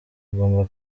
agomba